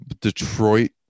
Detroit